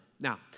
Now